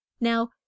Now